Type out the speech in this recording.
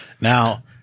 Now